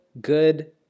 good